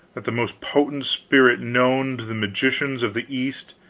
that the most potent spirit known to the magicians of the east,